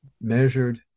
measured